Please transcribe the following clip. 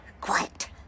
quiet